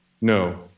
No